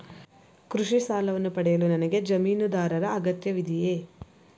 ಕೃಷಿ ಸಾಲವನ್ನು ಪಡೆಯಲು ನನಗೆ ಜಮೀನುದಾರರ ಅಗತ್ಯವಿದೆಯೇ?